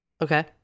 okay